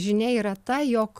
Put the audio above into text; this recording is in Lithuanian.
žinia yra tai jog